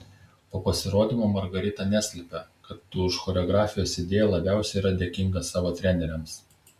po pasirodymo margarita neslėpė kad už choreografijos idėją labiausiai yra dėkinga savo treneriams